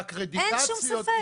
אין שום ספק.